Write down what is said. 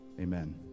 Amen